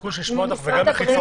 הסיכוי שנשמע אותך וגם מחיצות.